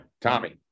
Tommy